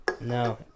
No